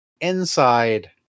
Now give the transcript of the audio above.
inside